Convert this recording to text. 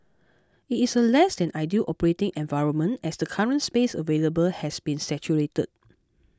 it is a less than ideal operating environment as the current space available has been saturated